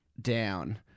Down